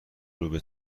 روبه